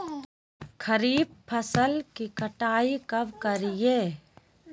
खरीफ फसल की कटाई कब करिये?